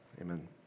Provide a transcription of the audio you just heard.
Amen